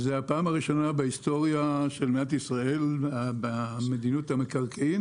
זו הפעם הראשונה בהיסטוריה של מדינת ישראל במדיניות המקרקעין